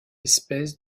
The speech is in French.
espèce